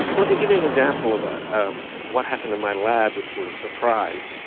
let me give you an example of ah um what happened in my lab which was a surprise.